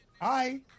Hi